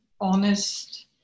honest